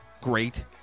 great